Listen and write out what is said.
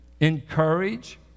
encourage